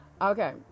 Okay